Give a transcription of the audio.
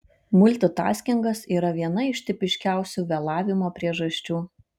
multitaskingas yra viena iš tipiškiausių vėlavimo priežasčių